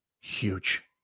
huge